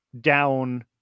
down